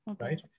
right